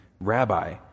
Rabbi